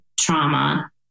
trauma